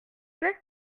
plait